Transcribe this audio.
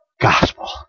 Gospel